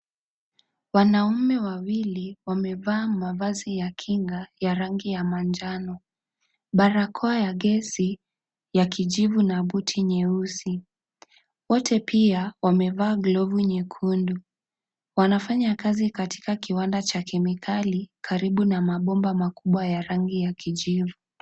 Wanaume wawili wamevaa mavazi ya kinga ya rangi ya manjano, barakoa ya gesi ya kijivu ,na buti nyeusi, wote pia wamevaa glovu nyekundu. Wanafanya kazi katika kiwanda cha kemikali karibu na mabomba makubwa ya rangi ya kijivu.